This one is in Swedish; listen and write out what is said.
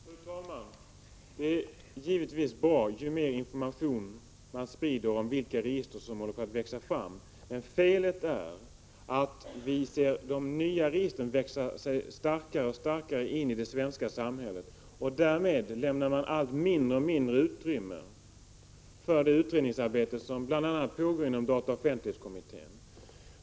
Fru talman! Det är givetvis bra ju mer information man sprider om vilka register som håller på att växa fram. Men felet är att vi ser de nya registren växa sig starkare och starkare i det svenska samhället. Därmed lämnas allt mindre utrymme för det utredningsarbete som pågår bl.a. inom dataoch offentlighetskommittén.